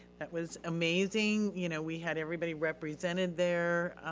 that was amazing. you know we had everybody represented there.